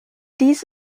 dies